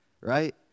right